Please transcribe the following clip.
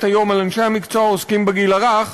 היום על אנשי המקצוע העוסקים בגיל הרך,